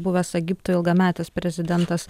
buvęs egipto ilgametis prezidentas